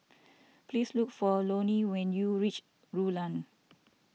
please look for Loney when you reach Rulang